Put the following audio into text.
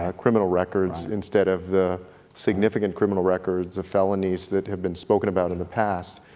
ah criminal records, instead of the significant criminal records, the felonies that have been spoken about in the past,